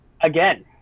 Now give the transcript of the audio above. Again